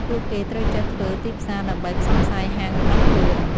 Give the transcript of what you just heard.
ពួកគេត្រូវចេះធ្វើទីផ្សារដើម្បីផ្សព្វផ្សាយហាងរបស់ខ្លួន។